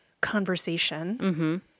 conversation